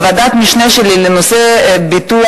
בוועדת המשנה שלי לנושא ביטוח,